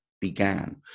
began